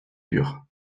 pur